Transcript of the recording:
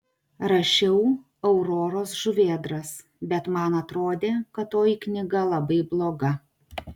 rašiau auroros žuvėdras bet man atrodė kad toji knyga labai bloga